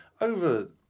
over